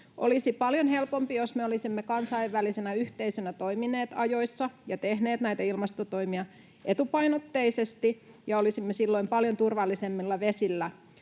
Olisi paljon helpompi, jos me olisimme kansainvälisenä yhteisönä toimineet ajoissa ja tehneet näitä ilmastotoimia etupainotteisesti, ja olisimme silloin paljon turvallisemmilla vesillä